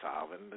solving